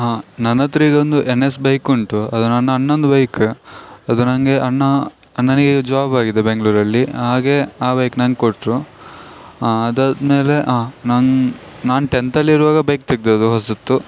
ಹಾಂ ನನ್ನ ಹತ್ರ ಈಗೊಂದು ಎನ್ ಎಸ್ ಬೈಕ್ ಉಂಟು ಅದು ನನ್ನ ಅಣ್ಣಂದು ಬೈಕ್ ಅದು ನನಗೆ ಅಣ್ಣ ಅಣ್ಣನಿಗೆ ಜಾಬ್ ಆಗಿದೆ ಬೆಂಗಳೂರಲ್ಲಿ ಹಾಗೇ ಆ ಬೈಕ್ ನಂಗೆ ಕೊಟ್ಟರು ಅದಾದಮೇಲೆ ನಂಗೆ ನಾನು ಟೆಂತಲ್ಲಿರುವಾಗ ಬೈಕ್ ತೆಗ್ದಿದ್ದು ಹೊಸತು